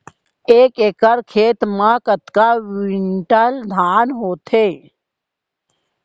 एक एकड़ खेत मा कतका क्विंटल धान होथे?